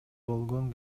болгон